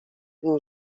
uma